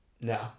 no